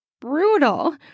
brutal